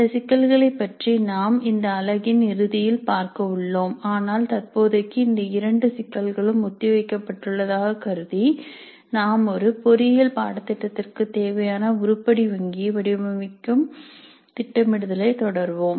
இந்த சிக்கல்களைப் பற்றி நாம் இந்த அலகின் இறுதியில் பார்க்க உள்ளோம் ஆனால் தற்போதைக்கு இந்த இரண்டு சிக்கல்களும் ஒத்திவைக்கப்பட்டுள்ளதாக கருதி நாம் ஒரு பொறியியல் பாடத்திட்டத்திற்கு தேவையான உருப்படி வங்கியை வடிவமைக்கும் திட்டமிடுதலை தொடர்வோம்